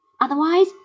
Otherwise